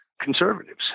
conservatives